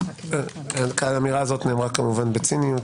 האמירה נאמרה כמובן בציניות.